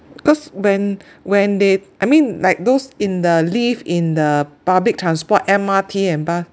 because when when they I mean like those in the lift in the public transport M_R_T and bus